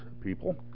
people